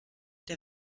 der